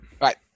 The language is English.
right